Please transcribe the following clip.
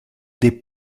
des